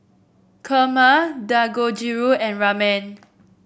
Kheema Dangojiru and Ramen